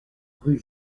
rue